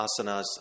asanas